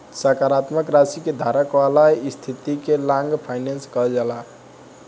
सकारात्मक राशि के धारक वाला स्थिति के लॉन्ग फाइनेंस कहल जाला